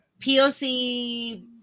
POC